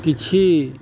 କିଛି